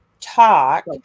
talk